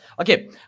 okay